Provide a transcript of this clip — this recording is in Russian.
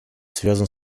связан